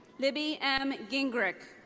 libby m. gingrich.